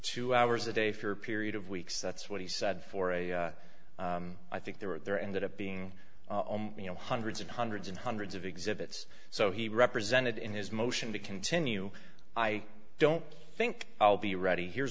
two hours a day for a period of weeks that's what he said for a i think there were there ended up being you know hundreds and hundreds and hundreds of exhibits so he represented in his motion to continue i don't think i'll be